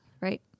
right